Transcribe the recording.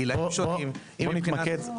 גילאים שונים --- בוא נתמקד.